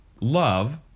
love